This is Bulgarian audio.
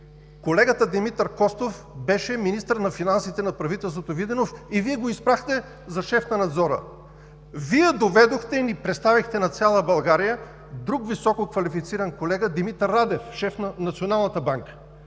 Колегата Димитър Костов беше министър на финансите на правителството Виденов и Вие го избрахте за шеф на Надзора. Вие доведохте и ни представихте на цяла България друг висококвалифициран колега – Димитър Радев, шеф на Националната банка,